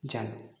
জানো